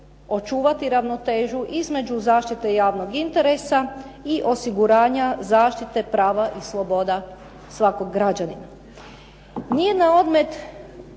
očuvati ravnotežu između zaštite javnog interesa i osiguranja zaštite prava i sloboda svakog građanina.